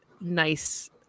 nice